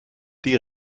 die